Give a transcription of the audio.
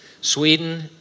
Sweden